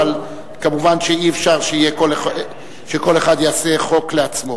אבל כמובן אי-אפשר שכל אחד יעשה חוק לעצמו.